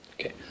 Okay